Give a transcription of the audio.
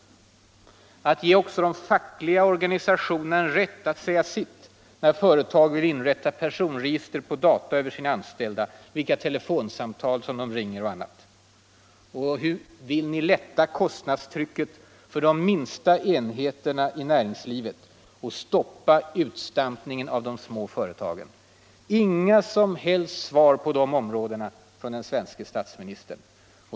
Vi vill ge också de fackliga organisationerna rätt att säga sitt när företag vill inrätta personregister på data över sina anställda, kontrollera vilka telefonsamtal de ringer och annat. Vad säger ni om de förslagen? Och hur vill ni lätta kostnadstrycket för de minsta enheterna i näringslivet och stoppa utstampningen av de små företagen? Inga som helst svar på de områdena från den svenske statsministern.